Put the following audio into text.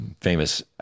famous